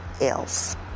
else